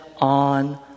on